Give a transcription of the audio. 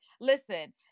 Listen